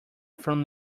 from